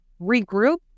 regroup